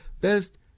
Best